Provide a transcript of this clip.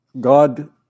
god